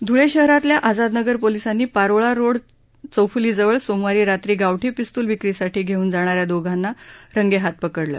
ध्ळे शहरातल्या आझादनगर पोलिसांनी पारोळा रोड चौफ्लीजवळ सोमवारी रात्री गावठी पिस्तूल विक्रीसाठी घेऊन जाणाऱ्या दोघा जणांना रंगेहाथ पकडलं